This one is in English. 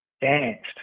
danced